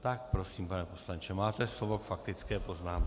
Tak prosím, pane poslanče, máte slovo k faktické poznámce.